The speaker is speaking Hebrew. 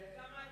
גם אני.